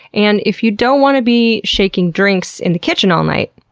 and if you don't want to be shaking drinks in the kitchen all night,